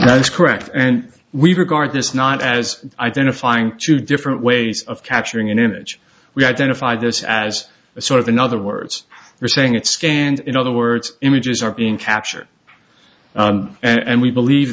that's correct and we regard this not as identifying two different ways of capturing an image we identify this as a sort of in other words you're saying it's scanned in other words images are being captured and we believe